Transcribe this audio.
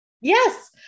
Yes